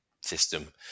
system